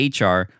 HR